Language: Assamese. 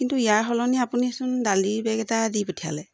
কিন্তু ইয়াৰ সলনি আপুনিচোন দালিৰ বেগ এটা দি পঠিয়ালে